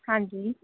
ਹਾਂਜੀ